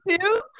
two